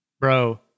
bro